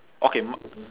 okay mi~